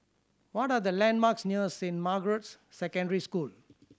what are the landmarks near Saint Margaret's Secondary School